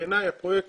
בעיני הפרויקט